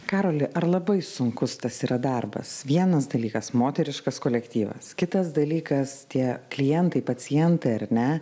karoli ar labai sunkus tas yra darbas vienas dalykas moteriškas kolektyvas kitas dalykas tie klientai pacientai ar ne